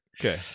okay